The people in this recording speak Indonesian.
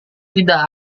tidak